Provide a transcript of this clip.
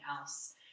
else